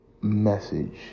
message